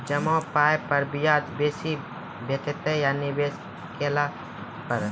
जमा पाय पर ब्याज बेसी भेटतै या निवेश केला पर?